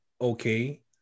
okay